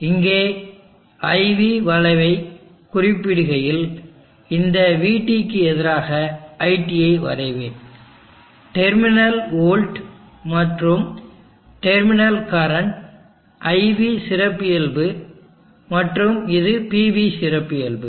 இங்கே IV வளைவைக் குறிப்பிடுகையில் இந்த VT க்கு எதிராக IT ஐ வரைவேன் டெர்மினல் வோல்ட் மற்றும் டெர்மினல் கரண்ட் IV சிறப்பியல்பு மற்றும் இது PV சிறப்பியல்பு